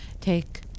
Take